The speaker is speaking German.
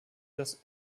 das